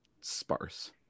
sparse